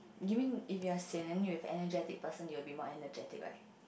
given if you're sian then you have energetic person you will be more energetic right